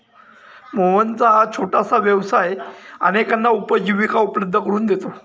मोहनचा हा छोटासा व्यवसाय अनेकांना उपजीविका उपलब्ध करून देतो